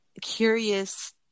curious